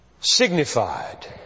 signified